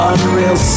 Unreal